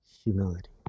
humility